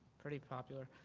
pretty popular.